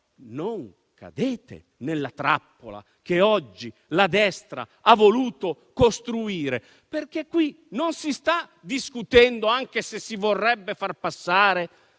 non cadete nella trappola che oggi la destra ha voluto costruire, perché qui non si sta discutendo, anche se si vorrebbe far passare,